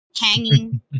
hanging